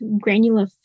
granular